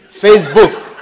Facebook